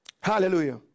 Hallelujah